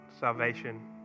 salvation